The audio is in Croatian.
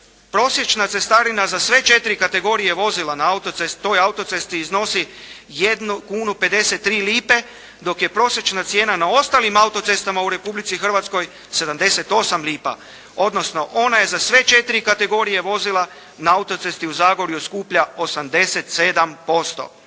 prosječna cestarina za sve četiri kategorije vozila na toj autocesti iznosi 1,53 kn dok je prosječna cijena na ostalim autocestama u Republici Hrvatskoj 78 lipa odnosno ona je za sve četiri kategorije vozila na autocesti u Zagorju skuplja 87%.